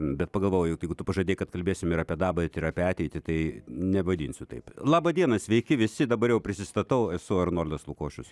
bet pagalvojau jeigu tu pažadėjai kad kalbėsim ir apie dabartį ir apie ateitį tai nevadinsiu taip labą dieną sveiki visi dabar jau prisistatau esu arnoldas lukošius